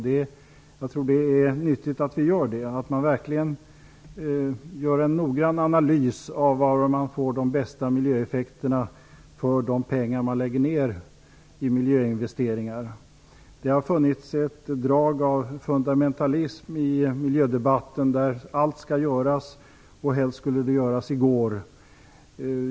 Det är nyttigt att man verkligen noggrant analyserar var man får de bästa miljöeffekterna för de pengar man lägger ned i miljöinvesteringar. Det har funnits ett drag av fundamentalism i miljödebatten, där allt skall göras - helst i går.